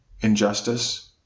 injustice